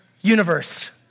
universe